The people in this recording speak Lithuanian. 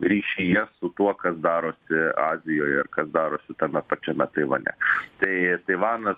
ryšyje su tuo kas darosi azijoje kas darosi tame pačiame taivane štai taivanas